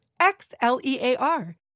X-L-E-A-R